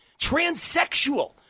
transsexual